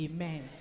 Amen